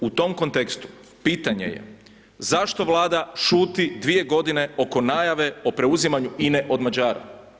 U tom kontekstu pitanje je zašto Vlada šuti 2 g. oko najave o preuzimanju INA-e od Mađara?